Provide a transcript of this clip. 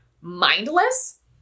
mindless